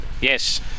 yes